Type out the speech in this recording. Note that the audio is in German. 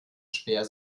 schwer